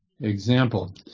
example